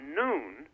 noon